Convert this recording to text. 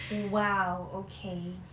!wow! okay